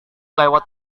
lewat